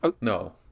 No